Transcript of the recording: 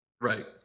Right